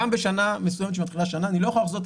גם בשנה מסוימת כשמתחילה שנה אני לא יכול לחזות,